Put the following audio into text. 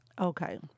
Okay